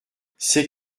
c’est